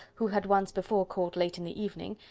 who had once before called late in the evening,